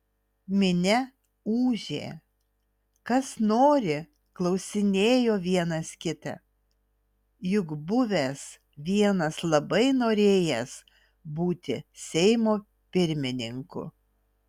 minia ūžė kas nori klausinėjo vienas kitą juk buvęs vienas labai norėjęs būti seimo pirmininku